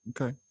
okay